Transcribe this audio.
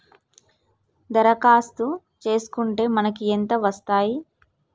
దరఖాస్తు చేస్కుంటే మనకి ఎంత వస్తాయి?